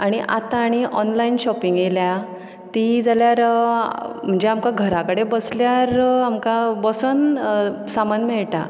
आनी आतां आनी ऑनलायन शॉपिंग येयल्या ती जाल्यार म्हणजे आमकां घरा कडेन बसल्यार आमकां बसून सामान मेळयटा